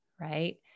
right